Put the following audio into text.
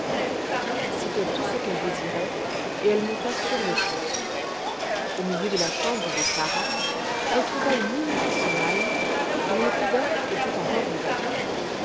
c'était tout ce qu'elle désirait et elle monta sur-le-champ au milieu de la chambre de clara elle trouva une immense malle dont le couvercle était encore ouvert